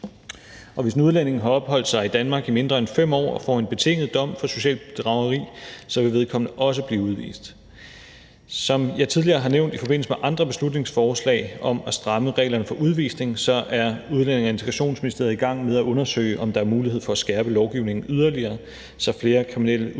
Hvis en udlænding har opholdt sig i Danmark i mindre end 5 år og får en betinget dom for socialt bedrageri, vil vedkommende også blive udvist. Som jeg tidligere har nævnt i forbindelse med andre beslutningsforslag om at stramme reglerne for udvisning, er Udlændinge- og Integrationsministeriet i gang med at undersøge, om der er mulighed for at skærpe lovgivningen yderligere, så flere kriminelle udlændinge